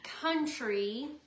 country